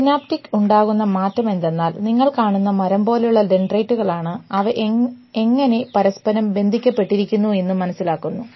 synaptic ഉണ്ടാകുന്ന മാറ്റം എന്തെന്നാൽ നിങ്ങൾ കാണുന്ന മരം പോലെയുള്ള ഡെൻഡ്രൈറ്റുകളാണ് അവ എങ്ങനെ പരസ്പരം ബന്ധിക്കപ്പെട്ടിരിക്കുന്നു എന്നും മനസ്സിലാക്കുന്നു